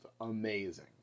amazing